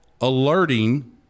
alerting